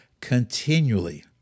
continually